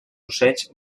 ocells